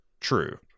True